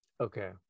Okay